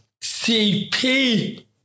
CP